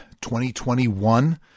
2021